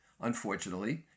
unfortunately